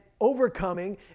overcoming